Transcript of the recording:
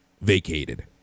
vacated